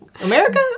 America